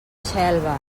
xelva